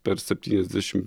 per septyniasdešimt